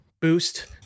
boost